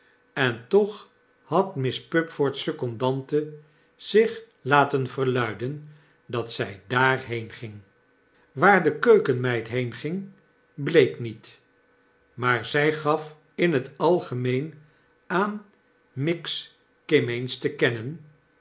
en toch had miss pupford's secondante zich laten verluiden dat zy daarheen ging waar de keukenmeid heenging bleek niet maar zy gaf in t algemeen aan miggs kimmeens te kennen